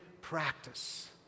practice